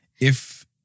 If-